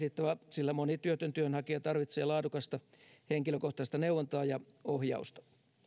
sillä moni työtön työnhakija tarvitsee laadukasta henkilökohtaista neuvontaa ja ohjausta